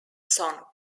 song